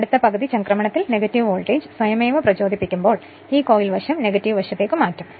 അടുത്ത പകുതി ചംക്രമണത്തിൽ നെഗറ്റീവ് വോൾട്ടേജ് സ്വയമേവ പ്രചോദിപ്പിക്കപ്പെടുമ്പോൾ ഈ കോയിൽ വശം നെഗറ്റീവ് വശത്തേക്ക് മാറ്റും